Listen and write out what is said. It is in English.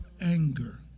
anger